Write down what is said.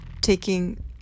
taking